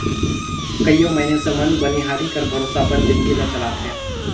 कइयो मइनसे मन बनिहारी कर भरोसा अपन जिनगी ल चलाथें